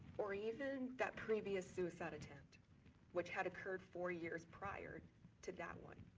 or even that previous suicide attempt which had occurred four years prior to that one.